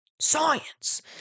science